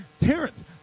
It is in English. Terrence